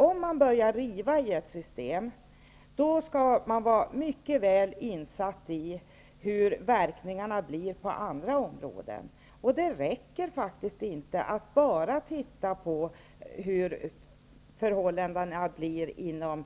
Om man börjar riva i ett system, skall man vara mycket väl insatt i hur verkningarna blir på andra områden. Det räcker faktiskt inte att bara titta på hur förhållandena blir inom